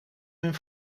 hun